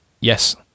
Yes